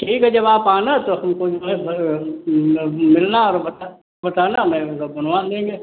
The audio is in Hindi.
ठीक है जब आप आना तो हमको जो है फिर मतलब मिलना और बता बताना मैं भी सब बनवा देंगे